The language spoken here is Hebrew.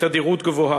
בתדירות גבוהה.